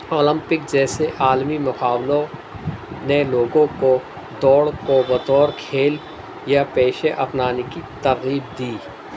Olympic جیسے عالمی مقابلوں نے لوگوں کو دوڑ کو بطور کھیل یا پیشے اپنانے کی ترغیب دی